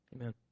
amen